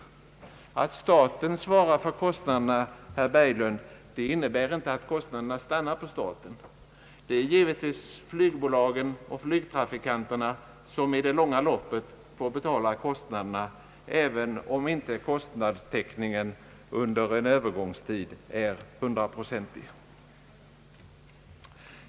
Det förhållandet att staten svarar för kostnaderna, herr Berglund, innebär inte att kostnaderna stannar på staten. Det är givetvis flygbolagen och flygtrafikanterna som i det långa loppet får betala kostnaderna, även om inte kostnadstäckningen under en övergångstid är hundraprocentig.